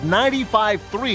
95.3